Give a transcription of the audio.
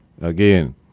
Again